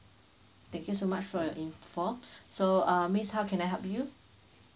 thank you so much for your info so uh miss how can I help you